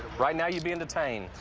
right now you're being detained.